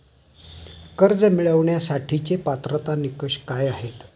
कर्ज मिळवण्यासाठीचे पात्रता निकष काय आहेत?